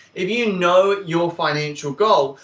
if you know your financial goal,